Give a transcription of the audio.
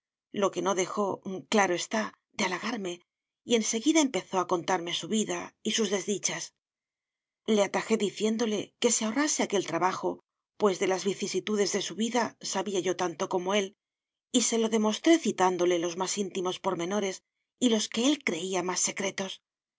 lo que no dejó claro está de halagarme y enseguida empezó a contarme su vida y sus desdichas le atajé diciéndole que se ahorrase aquel trabajo pues de las vicisitudes de su vida sabía yo tanto como él y se lo demostré citándole los más íntimos pormenores y los que él creía más secretos